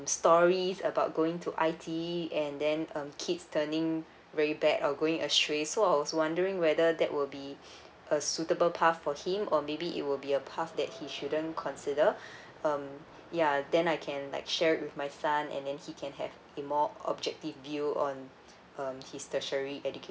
stories about going to I_T_E and then um kids turning very bad or going astray so I was wondering whether that will be a suitable path for him or maybe it will be a path that he shouldn't consider um ya then I can like share with my son and then he can have a more objective view on um his tertiary education